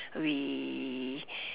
we